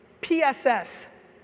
PSS